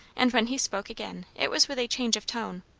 and when he spoke again it was with a change of tone.